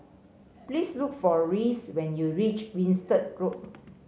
please look for Reese when you reach Winstedt Road